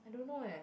I don't know eh